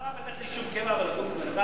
מה רע ללכת ליישוב קבע עם תשתיות?